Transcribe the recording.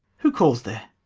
who calls there?